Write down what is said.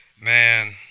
man